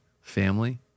family